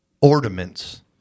ornaments